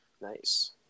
Nice